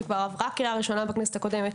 שכבר עברה קריאה ראשונה בכנסת הקודמת,